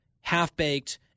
half-baked